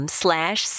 slash